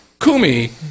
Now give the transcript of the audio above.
Kumi